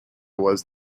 was